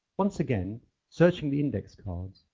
once again searching the index cards,